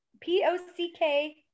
p-o-c-k